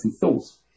thoughts